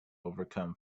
overcome